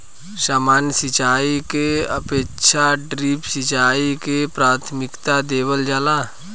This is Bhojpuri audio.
सामान्य सिंचाई के अपेक्षा ड्रिप सिंचाई के प्राथमिकता देवल जाला